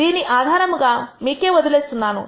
దీని ఆధారాన్ని మీకే వదిలేస్తున్నాను